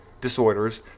disorders